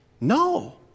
No